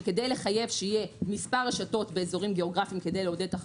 כדי לחייב שיהיה מספר רשתות באזורים גיאוגרפיים כדי לעודד תחרות,